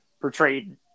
portrayed